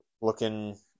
looking